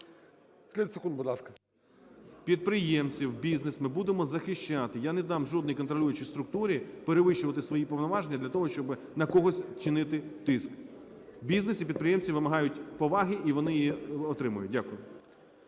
підприємців, бізнес ми будемо захищати. Я не дам жодній контролюючій структурі перевищувати свої повноваження для того, щоби на когось чинити тиск. Бізнес і підприємці вимагають поваги і вони її отримають. Дякую.